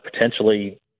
potentially